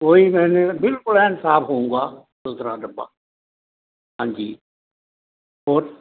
ਕੋਈ ਬਿਲਕੁਲ ਐਨ ਸਾਫ਼ ਹੋਵੇਗਾ ਸੁਥਰਾ ਡੱਬਾ ਹਾਂਜੀ ਹੋਰ